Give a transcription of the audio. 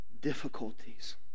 difficulties